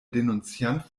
denunziant